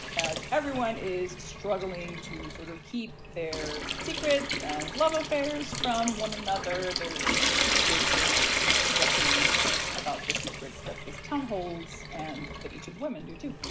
as everyone is struggling to sort of keep their secrets and love affairs from one another, there is and explosive sort of reckoning about the secrets that this town holds and that each of women do too.